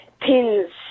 pins